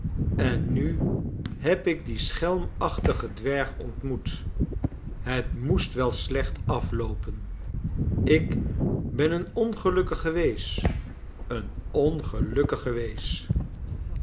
en nu heb ik dien schelmachtigen d werg ontmoet het moest wel slecht afloopen ik ben een ongelukkige wees een ongelukkige wees